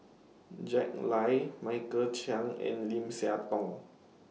Jack Lai Michael Chiang and Lim Siah Tong